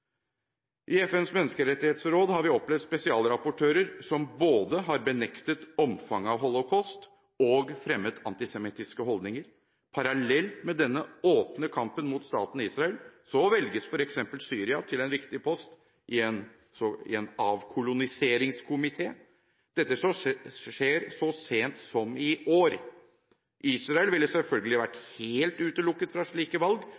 I FNs menneskerettighetsråd har vi opplevd spesialrapportører som både har benektet omfanget av holocaust og fremmet antisemittiske holdninger. Parallelt med denne åpne kampen mot staten Israel velges f.eks. Syria til en viktig post i en avkoloniseringskomité. Dette skjer så sent som i år. Israel ville selvfølgelig vært helt utelukket fra slike valg,